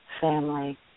family